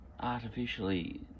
artificially